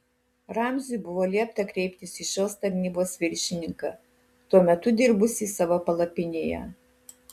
ramziui buvo liepta kreiptis į šios tarnybos viršininką tuo metu dirbusį savo palapinėje